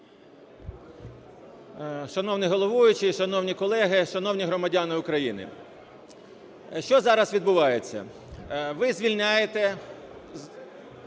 Шановний головуючий, шановні колеги, шановні громадяни України! Що зараз відбувається? Ви звільняєте,